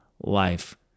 Life